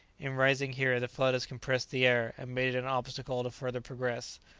in rising here the flood has compressed the air, and made it an obstacle to further progress,